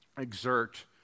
exert